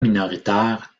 minoritaires